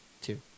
Two